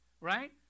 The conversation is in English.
Right